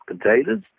potatoes